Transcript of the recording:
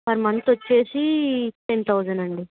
per మంతొచ్చేసి ten thousand అండి